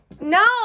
no